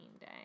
day